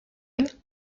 nouvelle